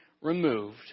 removed